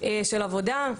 של עבודה,